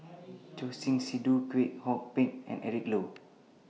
Choor Singh Sidhu Kwek Hong Png and Eric Low